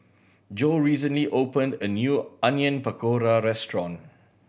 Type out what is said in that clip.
Jo recently opened a new Onion Pakora Restaurant